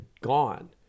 gone